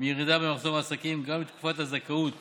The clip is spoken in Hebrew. מירידה במחזור העסקים גם לתקופת הזכאות